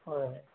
হয়